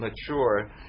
mature